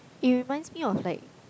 it reminds me of like